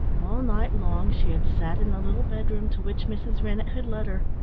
all night long she had sat in the little bedroom to which mrs. rennett had led her,